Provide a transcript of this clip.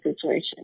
situation